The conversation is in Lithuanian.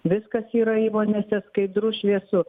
viskas yra įmonėse skaidru šviesu